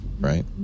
right